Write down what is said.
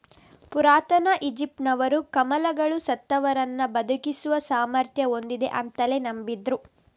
ಪುರಾತನ ಈಜಿಪ್ಟಿನವರು ಕಮಲಗಳು ಸತ್ತವರನ್ನ ಬದುಕಿಸುವ ಸಾಮರ್ಥ್ಯ ಹೊಂದಿವೆ ಅಂತಲೇ ನಂಬಿದ್ರು